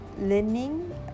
learning